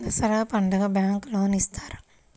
దసరా పండుగ bank loan ఇస్తారా?